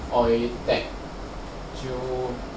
oil tank kill